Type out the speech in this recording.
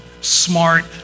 smart